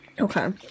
Okay